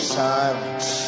silence